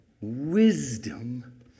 wisdom